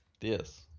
Yes